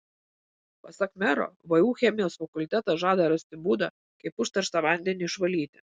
pasak mero vu chemijos fakultetas žada rasti būdą kaip užterštą vandenį išvalyti